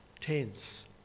tense